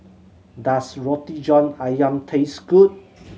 does Roti John Ayam taste good